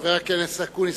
חבר הכנסת אקוניס,